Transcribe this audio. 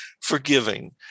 forgiving